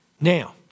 Now